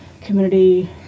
community